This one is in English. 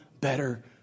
better